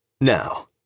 Now